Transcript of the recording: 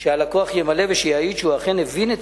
שהלקוח ימלא ושיעיד שהוא אכן הבין את